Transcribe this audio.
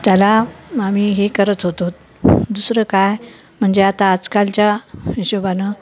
त्याला आम्ही हे करत होतो दुसरं काय म्हणजे आता आजकालच्या हिशोबानं